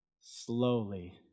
Slowly